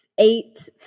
Eight